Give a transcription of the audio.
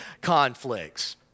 conflicts